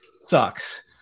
sucks